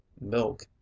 milk